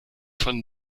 von